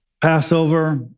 Passover